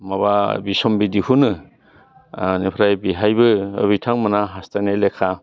माबा बिसम्बि दिहुनो इनिफ्राय बेहायबो बिथांमोना हास्थायनाय लेखा